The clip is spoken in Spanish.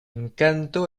encanto